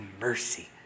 mercy